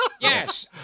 Yes